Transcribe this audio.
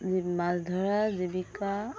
মাছ ধৰা জীৱিকা